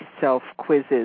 self-quizzes